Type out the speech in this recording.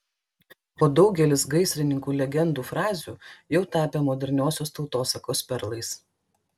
o daugelis gaisrininkų legendų frazių jau tapę moderniosios tautosakos perlais